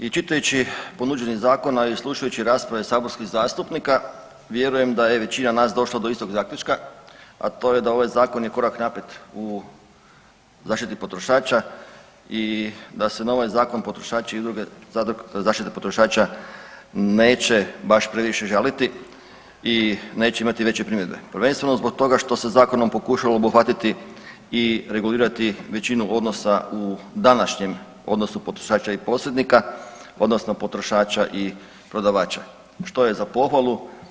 I čitajući ponuđeni zakon, a i slušajući rasprave saborskih zastupnika vjerujem da je većina nas došla do istog zaključka, a to je da ovaj zakon je korak naprijed u zaštiti potrošača i da se na ovaj zakon potrošači i druge zaštite potrošača neće baš previše žaliti i neće imati veće primjedbe, prvenstveno zbog toga što se zakonom pokušalo obuhvatiti i regulirati većinu odnosa u današnjem odnosu potrošača i posrednika odnosno potrošača i prodavača, što je za pohvalu.